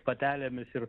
patelėmis ir